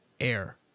air